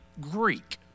Greek